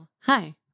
Hi